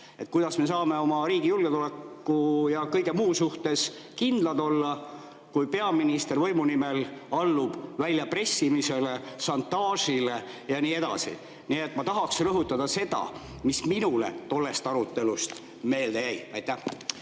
Kuidas me saame oma riigi julgeoleku ja kõige muu suhtes kindlad olla, kui peaminister võimu nimel allub väljapressimisele, šantaažile ja nii edasi? Nii et ma tahaksin rõhutada seda, mis minule tollest arutelust meelde jäi. Aitäh!